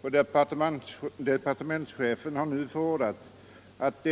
Departementschefen har nu föreslagit att